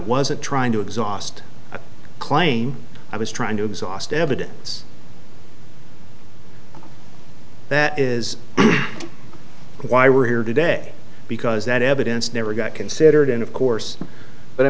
wasn't trying to exhaust a claim i was trying to exhaust evidence that is why we're here today because that evidence never got considered and of course but i